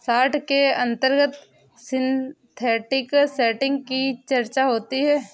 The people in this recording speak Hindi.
शार्ट के अंतर्गत सिंथेटिक सेटिंग की चर्चा होती है